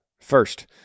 First